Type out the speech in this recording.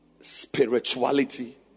spirituality